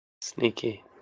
Sneaky